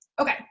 Okay